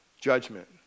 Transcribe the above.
judgment